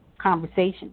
conversation